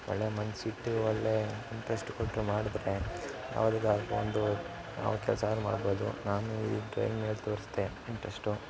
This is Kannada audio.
ಒಳ್ಳೆ ಮನ್ಸಿಟ್ಟು ಒಳ್ಳೆ ಇಂಟ್ರಸ್ಟ್ ಕೊಟ್ಟು ಮಾಡಿದ್ರೆ ಅವ್ರಿಗಾಗಿ ಒಂದು ಅವ್ರ ಕೆಲಸ ಅವ್ರು ಮಾಡ್ಬೋದು ನಾನು ಈ ಡ್ರಾಯಿಂಗ್ ಮೇಲೆ ತೋರಿಸ್ದೆ ಇಂಟಸ್ಟು